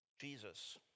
Jesus